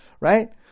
right